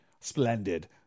splendid